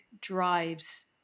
drives